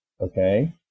okay